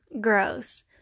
gross